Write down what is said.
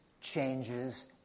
changes